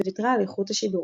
וויתרה על איכות השידור.